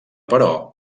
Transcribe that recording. però